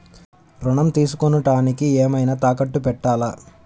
ఋణం తీసుకొనుటానికి ఏమైనా తాకట్టు పెట్టాలా?